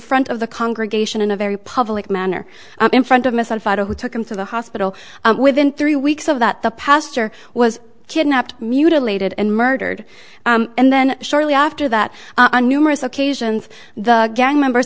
front of the congregation in a very public manner in front of my son father who took him to the hospital within three weeks of that the pastor was kidnapped mutilated and murdered and then shortly after that on numerous occasions the gang members